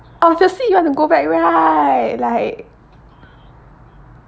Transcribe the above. obviously you want to go back right like